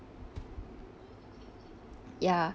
ya